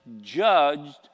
judged